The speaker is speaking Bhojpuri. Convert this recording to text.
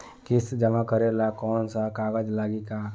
किस्त जमा करे ला कौनो कागज लागी का?